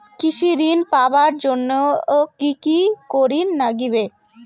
কৃষি ঋণ পাবার জন্যে কি কি করির নাগিবে?